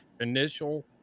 initial